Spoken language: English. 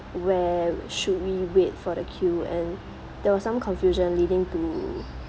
where should we wait for the queue and there was some confusion leading to